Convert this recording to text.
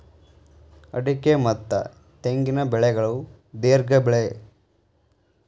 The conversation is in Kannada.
ಅಡಿಕೆ ಮತ್ತ ತೆಂಗಿನ ಬೆಳೆಗಳು ದೇರ್ಘ ಬೆಳೆ